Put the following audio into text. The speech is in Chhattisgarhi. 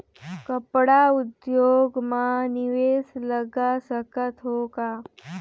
कपड़ा उद्योग म निवेश लगा सकत हो का?